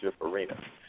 arena